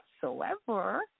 whatsoever